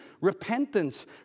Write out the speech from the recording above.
repentance